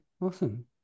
awesome